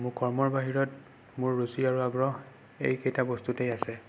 মোৰ কৰ্মৰ বাহিৰত মোৰ ৰুচি আৰু আগ্ৰহ এইকেইটা বস্তুতেই আছে